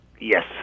Yes